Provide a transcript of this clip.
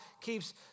keeps